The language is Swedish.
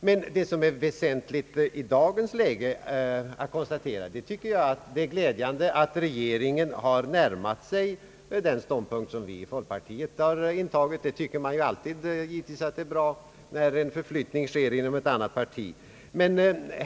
Men det som är angeläget att konstatera i dagens läge är att jag tycker det är glädjande att regeringen har närmat sig den ståndpunkt som vi inom folkpartiet har intagit. Man tycker givetvis alltid att det är bra när en sådan förflyttning sker inom ett parti.